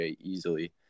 easily